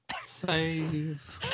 Save